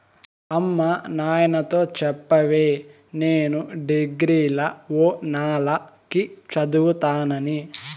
అమ్మ నాయనతో చెప్పవే నేను డిగ్రీల ఓనాల కి చదువుతానని